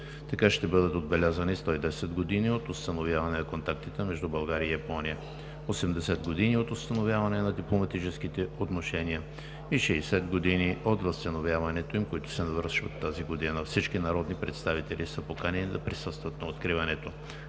Така ще бъдат отбелязани 110 години от установяване на контактите между България и Япония, 80 години от установяване на дипломатическите отношения и 60 години от възстановяването им, които се навършват тази година. Всички народни представители са поканени да присъстват на откриването.